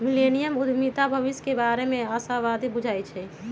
millennium उद्यमीता भविष्य के बारे में आशावादी बुझाई छै